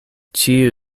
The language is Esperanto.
ĉiu